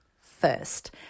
first